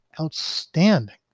outstanding